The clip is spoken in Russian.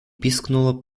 пискнула